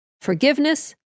Forgiveness